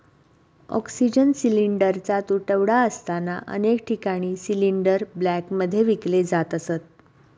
oxygen सिलिंडरचा तुटवडा असताना अनेक ठिकाणी सिलिंडर ब्लॅकमध्ये विकले जात असत